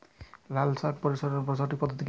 লালশাক পরিবহনের সঠিক পদ্ধতি কি?